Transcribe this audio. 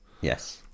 Yes